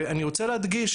אני רוצה להדגיש,